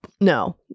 no